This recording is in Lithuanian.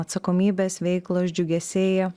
atsakomybės veiklos džiugesiai